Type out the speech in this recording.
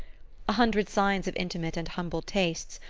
a hundred signs of intimate and humble tastes,